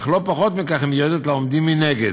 אך לא פחות מכך היא מיועדת לעומדים מנגד.